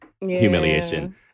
humiliation